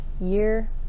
year